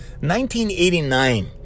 1989